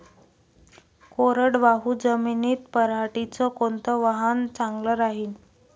कोरडवाहू जमीनीत पऱ्हाटीचं कोनतं वान चांगलं रायीन?